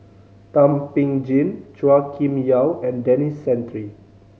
Thum Ping Tjin Chua Kim Yeow and Denis Santry